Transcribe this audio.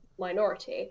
minority